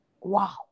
Wow